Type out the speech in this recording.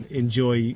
enjoy